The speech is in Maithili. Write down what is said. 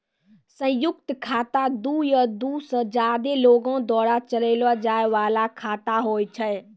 संयुक्त खाता दु या दु से ज्यादे लोगो द्वारा चलैलो जाय बाला खाता होय छै